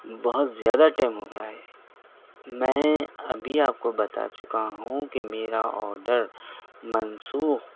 بہت زیادہ ٹائم ہو گیا ہے میں ابھی آپ کو بتا چکا ہوں کہ میرا آڈر منسوخ